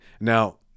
Now